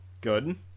good